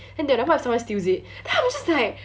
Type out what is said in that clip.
then they were like what if someone steals it then I was just like